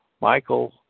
Michael